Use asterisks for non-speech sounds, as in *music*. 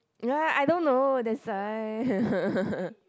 right I don't know that's why *laughs*